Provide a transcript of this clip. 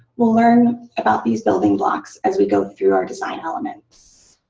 we'll learn about these building blocks as we go through our design elements.